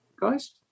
guys